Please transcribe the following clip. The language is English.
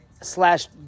slash